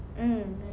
mm